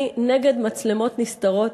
אני נגד מצלמות נסתרות.